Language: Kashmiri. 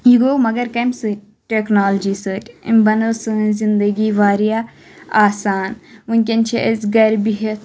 یہِ گوٚو مگر کَمہِ سٟتۍ ٹؠکنالجِی سٟتۍ أمۍ بَنٲو سٲنۍ زنٛدگی واریاہ آسان وٕنکؠن چھ أسۍ گَرِ بِہِتھ